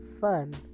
fun